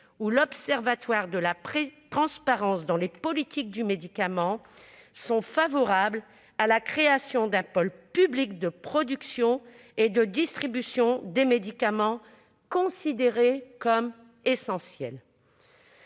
ou l'Observatoire de la transparence dans les politiques du médicament sont favorables à la création d'un pôle public de production et de distribution des médicaments considérés comme essentiels.